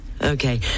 Okay